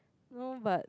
no but